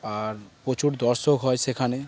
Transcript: আর প্রচুর দর্শক হয় সেখানে